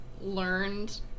learned